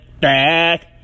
back